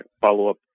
follow-up